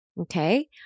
Okay